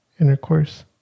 intercourse